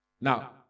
Now